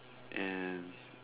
and